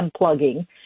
unplugging